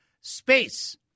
space